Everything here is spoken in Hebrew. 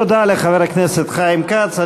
תודה לחבר הכנסת חיים כץ.